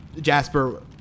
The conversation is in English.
Jasper